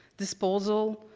disposal,